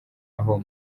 aho